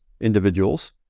individuals